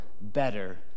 better